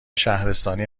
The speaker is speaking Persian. شهرستانی